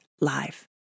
live